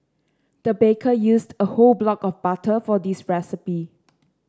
the baker used a whole block of butter for this recipe